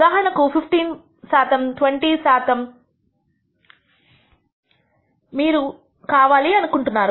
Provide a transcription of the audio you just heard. ఉదాహరణకు 15 శాతం 20 శాతం మీరు కావాలి అనుకుంటున్నారు